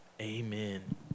amen